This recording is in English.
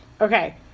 okay